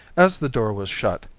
as the door was shut,